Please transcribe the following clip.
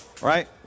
right